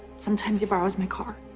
sometimes he borrows my car.